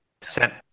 sent